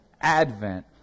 Advent